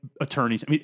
attorneys